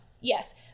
yes